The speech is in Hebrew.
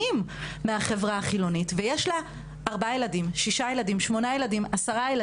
מהחברה החילונית ויש לה 4 או 10 ילדים,